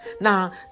Now